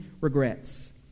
regrets